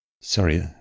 sorry